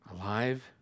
Alive